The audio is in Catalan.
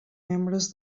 membres